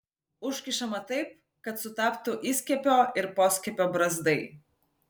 užkišama taip kad sutaptų įskiepio ir poskiepio brazdai